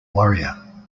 warrior